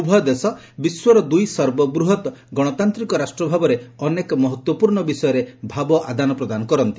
ଉଭୟ ଦେଶ ବିଶ୍ୱର ଦୂଇ ସର୍ବବୃହତ୍ ଗଣତାନ୍ତ୍ରିକ ରାଷ୍ଟ୍ର ଭାବରେ ଅନେକ ମହତ୍ତ୍ୱପୂର୍ଣ୍ଣ ବିଷୟରେ ଭାବ ଆଦାନ ପ୍ରଦାନ କରନ୍ତି